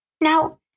Now